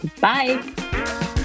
Bye